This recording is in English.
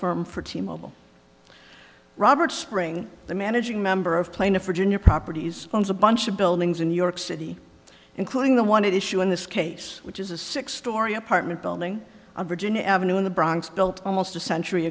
firm for t mobile robert spring the managing member of plaintiff virginia properties owns a bunch of buildings in new york city including the one issue in this case which is a six story apartment building on virginia avenue in the bronx built almost a century